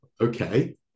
okay